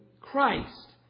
Christ